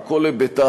על כל היבטיו,